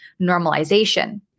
normalization